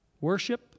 Worship